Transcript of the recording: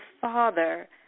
Father